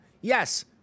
yes